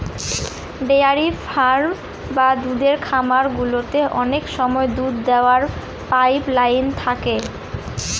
dairy farm বা দুধের খামার গুলোতে অনেক সময় দুধ দোওয়ার পাইপ লাইন থাকে